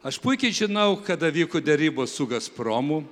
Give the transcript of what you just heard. aš puikiai žinau kada vyko derybos su gazpromu